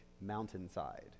mountainside